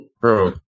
Bro